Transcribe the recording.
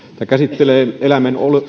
tämä käsittelee eläimen